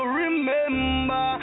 remember